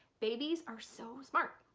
babies are so smart.